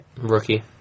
Rookie